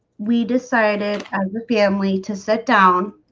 we decided on the family to sit down